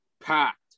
packed